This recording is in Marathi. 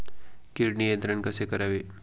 कीड नियंत्रण कसे करावे?